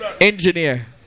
Engineer